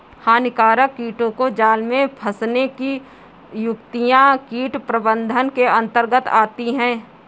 हानिकारक कीटों को जाल में फंसने की युक्तियां कीट प्रबंधन के अंतर्गत आती है